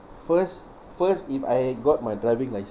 first first is I've got my driving license